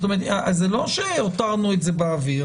זה לא שהותרנו את זה באוויר.